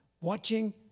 watching